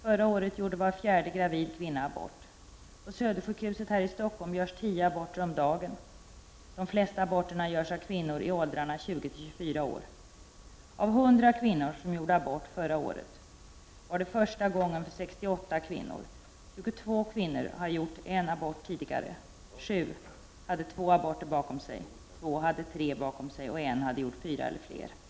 Förra året gjorde var fjärde gravid kvinna abort. På Södersjukhuset här i Stockholm görs 10 aborter om dagen. De flesta aborterna görs av kvinnor i åldrarna 20-24 år. Av 100 kvinnor som gjorde abort förra året var det första gången för 68 kvinnor, 22 kvinnor hade gjort 1 abort tidigare, 7 hade 2 aborter bakom sig, 2 hade 3 aborter bakom sig och 1 hade gjort 4 eller fler aborter.